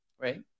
right